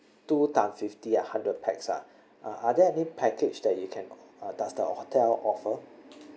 two times fifty ah hundred pax ah are there any package that you can uh does the hotel offer